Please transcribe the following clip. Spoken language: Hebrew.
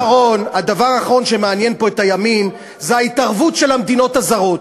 הדבר האחרון שמעניין פה את הימין זה ההתערבות של המדינות הזרות.